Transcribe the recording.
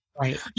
Right